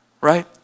right